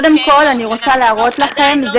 קודם כל אני רוצה להראות לכם,